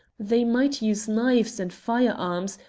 they might use knives and firearms,